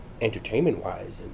entertainment-wise